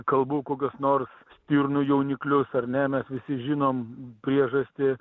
kalbu kokius nors stirnų jauniklius ar ne mes visi žinom priežastį